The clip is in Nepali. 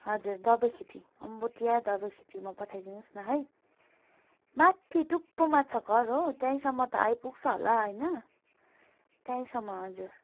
हजुर दबाईखेती अम्बोटिया दबाईँखेतीमा पठाइदिनुहोस् न है माथि टुप्पोमा छ घर हो त्यहीँसम्म त आइपुग्छ होला होइन त्यहीँसम्म हजुर